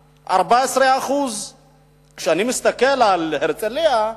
14%. כשאני מסתכל על הרצלייה,